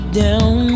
down